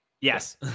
Yes